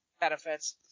benefits